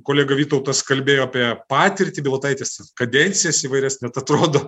kolega vytautas kalbėjo apie patirtį baltaitės kadencijas įvairias net atrodo